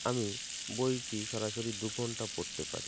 আমি বইটি সরাসরি দুঘণ্টা পড়তে পারি